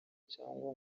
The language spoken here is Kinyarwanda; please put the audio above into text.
cyangwa